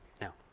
Now